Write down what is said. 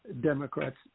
Democrats